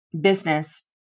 business